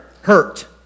hurt